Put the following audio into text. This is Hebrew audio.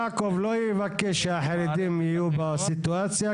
יעקב לא יבקש שהחרדים יהיו בסיטואציה,